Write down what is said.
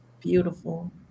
Beautiful